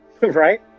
Right